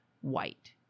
white